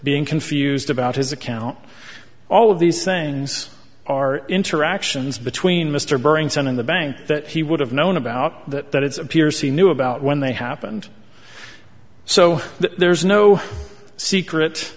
being confused about his account all of these things our interactions between mr bring some in the bank that he would have known about that that it's appears he knew about when they happened so there's no secret